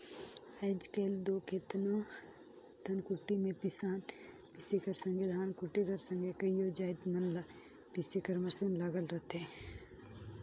आएज काएल दो केतनो धनकुट्टी में पिसान पीसे कर संघे धान कूटे कर संघे कइयो जाएत मन ल पीसे कर मसीन लगल रहथे